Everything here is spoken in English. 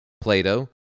Plato